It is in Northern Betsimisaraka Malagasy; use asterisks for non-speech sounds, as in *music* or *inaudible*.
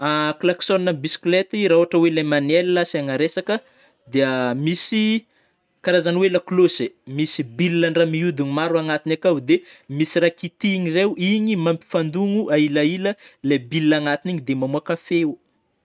*hesitation* Klaxon bisiklety rah ôhatra oe le manuel asiagna resaka dia *hesitation* misy *hesitation* karazagna oe lakolôsy, misy billen-draha mihodigny maro agnatiny akao de misy rah kitihigny zaio, igny mampifandogno aila aila lay bille agnatiny igny de mamôaka feo.